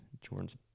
Jordan's –